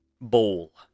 Bowl